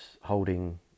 holding